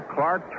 Clark